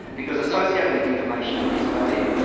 because associated with information is value.